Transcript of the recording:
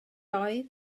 oedd